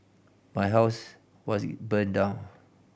my house was burned down